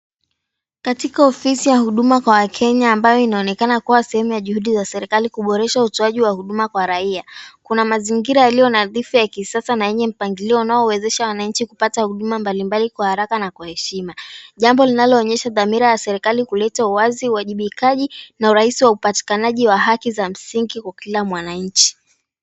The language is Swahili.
Katika ofisi ya huduma kwa wakenya ambayo inaonekana kuwa sehemu ya juhudi za serikali kuboresha utoaji wa huduma kwa raia. Kuna mazingira yaliyo nadhifu ya kisasa na yenye mpangilio, unaowezesha wananchi kupata huduma mbalimbali kwa haraka na kwa heshima. Jambo linaloonyesha dhamira ya serikali kuleta uwazi, uwajibikaji, na uraisi wa upatikanaji wa haki za msingi kwa kila mwananchi.